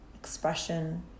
expression